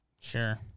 Sure